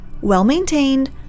well-maintained